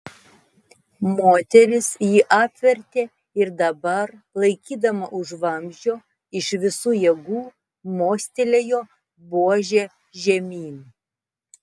moteris jį apvertė ir dabar laikydama už vamzdžio iš visų jėgų mostelėjo buože žemyn